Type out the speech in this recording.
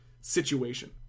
situation